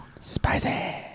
Spicy